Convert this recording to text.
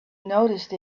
noticed